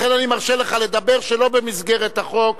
לכן אני מרשה לך לדבר שלא במסגרת החוק.